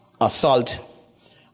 assault